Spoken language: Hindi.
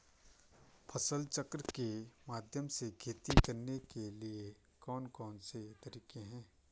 फसल चक्र के माध्यम से खेती करने के लिए कौन कौन से तरीके हैं?